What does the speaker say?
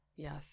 Yes